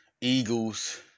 Eagles